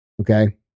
okay